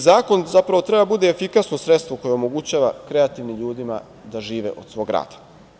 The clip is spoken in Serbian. Zakon, zapravo treba da bude efikasno sredstvo koje omogućava kreativnim ljudima da žive od svog rada.